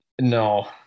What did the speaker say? No